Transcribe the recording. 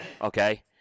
okay